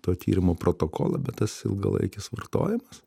to tyrimo protokolą bet tas ilgalaikis vartojimas